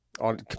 on